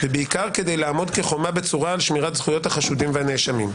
ובעיקר כדי לעמוד כחומה בצורה על שמירת זכויות החשודים והנאשמים.